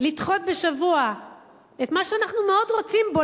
לדחות בשבוע את מה שאנחנו רוצים בו,